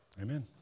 Amen